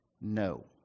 No